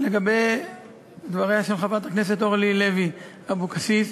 לגבי דבריה של חברת הכנסת אורלי לוי אבקסיס,